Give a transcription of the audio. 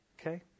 Okay